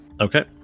Okay